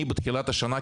אני בתחילת השנה,